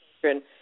children